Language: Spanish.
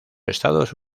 estados